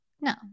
No